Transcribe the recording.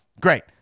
Great